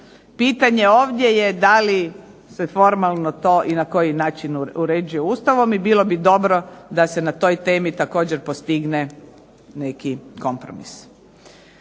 Pitanje ovdje je da li se formalno to i na koji način se uređuje Ustavom i bilo bi dobro da se na toj temi također postigne nekakav kompromis.